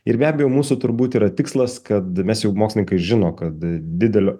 ir be abejo mūsų turbūt yra tikslas kad mes jau mokslininkai žino kad dideliu